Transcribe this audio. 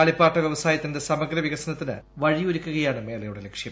കളിപ്പാട്ട വ്യവസായത്തിന്റെ സമഗ്രവികസനത്തിനു വഴിയൊരുക്കുകയാണ് മേളയുടെ ലക്ഷ്യം